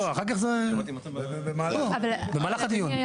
אחר כך זה במהלך הדיון.